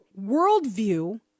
worldview